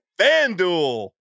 FanDuel